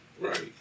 right